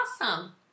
Awesome